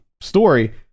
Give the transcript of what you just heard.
story